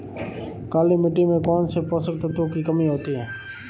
काली मिट्टी में कौनसे पोषक तत्वों की कमी होती है?